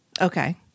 Okay